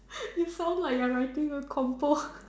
it sounds like you are writing a compo